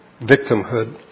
victimhood